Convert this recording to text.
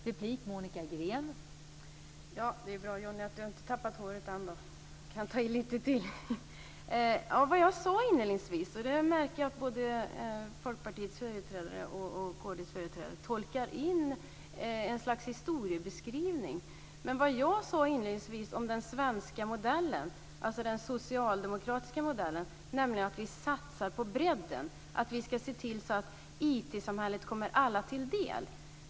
Fru talman! Johnny Gylling har inte tappat håret än. Det är bra, då kan jag ta i lite till. Jag märker att både Folkpartiets och Kristdemokraternas företrädare tolkar in ett slags historieskrivning i det som jag sade tidigare. Men vad jag sade om den socialdemokratiska modellen var att vi satsar på bredden, att vi ska se till att IT-samhället kommer alla till del.